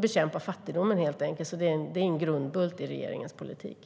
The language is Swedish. bekämpa fattigdomen. Det är en grundbult i regeringens politik.